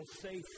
safe